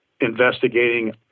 investigating